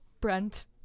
Brent